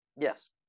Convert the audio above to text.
Yes